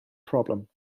problem